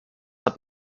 hat